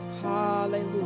hallelujah